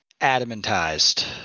adamantized